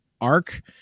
Arc